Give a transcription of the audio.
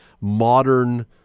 modern